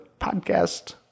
podcast